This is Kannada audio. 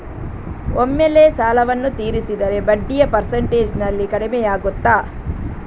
ಒಮ್ಮೆಲೇ ಸಾಲವನ್ನು ತೀರಿಸಿದರೆ ಬಡ್ಡಿಯ ಪರ್ಸೆಂಟೇಜ್ನಲ್ಲಿ ಕಡಿಮೆಯಾಗುತ್ತಾ?